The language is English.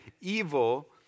evil